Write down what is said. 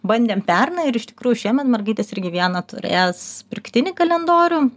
bandėm pernai ir iš tikrųjų šiemet mergaitės irgi vieną turės pirktinį kalendorių